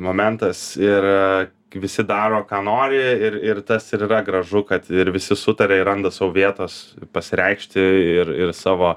momentas ir kai visi daro ką nori ir ir tas ir yra gražu kad ir visi sutaria ir randa sau vietos pasireikšti ir ir savo